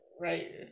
Right